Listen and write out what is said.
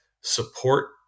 support